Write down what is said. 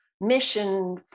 mission